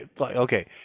okay